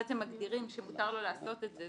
אנחנו בעצם מגדירים שמותר לו לעשות את זה,